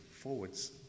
forwards